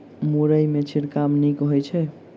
मुरई मे छिड़काव नीक होइ छै?